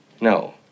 No